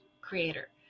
creator